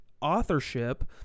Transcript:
authorship